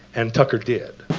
and tucker did.